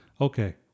Okay